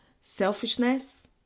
selfishness